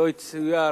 שלא יצויר